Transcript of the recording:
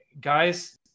guys